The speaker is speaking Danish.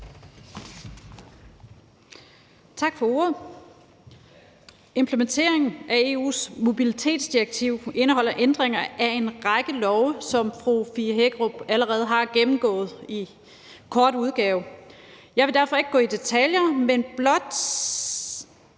Tak for ordet. Implementeringen af EU's mobilitetsdirektiv indeholder ændringer af en række love, som fru Fie Hækkerup allerede har gennemgået i kort udgave. Jeg vil derfor ikke gå i detaljer, men blot